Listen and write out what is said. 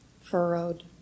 furrowed